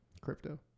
Crypto